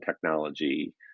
technology